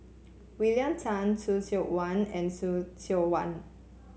William Tan Khoo Seok Wan and Khoo Seok Wan